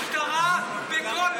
הגבירו את